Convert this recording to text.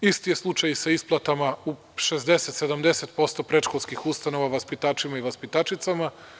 Isti je slučaj i sa isplatama u 60-70% predškolskih ustanova vaspitačima i vaspitačicama.